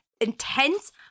intense